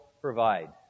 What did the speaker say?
provide